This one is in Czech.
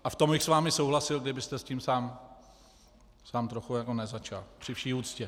A v tom bych s vámi souhlasil, kdybyste s tím sám trochu jako nezačal, při vší úctě.